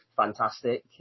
fantastic